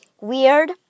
weird